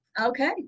Okay